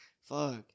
fuck